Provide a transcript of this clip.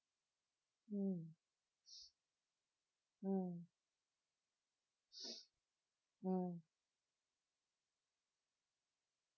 mm mm mm